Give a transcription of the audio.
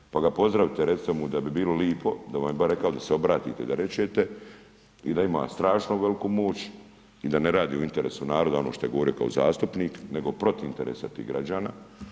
Evo, pa ga pozdravite, recite mu da bi bilo lipo, da vam je bar rekao, da se obratite da rečete i da ima strašno veliku moć i da ne radi u interesu naroda, ono što je govorio kao zastupnik, nego protiv interesa tih građana.